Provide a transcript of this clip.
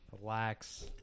relax